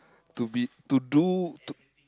to be to do to